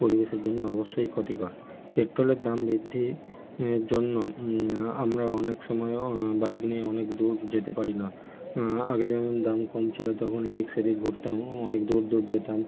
পরিবেশের জন্য অবশ্যই ক্ষতিকর পেট্রোলের দাম বৃদ্ধি ইর জন্য আমরা অনেক সময়ও বাইক নিয়ে অনেক দূর যেতে পারি না আগে যেমন দাম কম ছিলো তখন এদিক সেদিক ঘুরতাম অঅনেক দূর দূর যেতাম